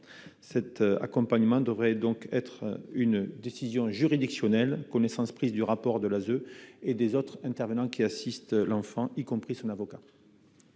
cet accompagnement devrait donc être une décision juridictionnelle connaissance prise du rapport de l'ASE et des autres intervenants qui assiste l'enfant y compris son avocat.